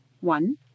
One